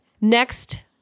Next